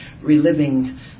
reliving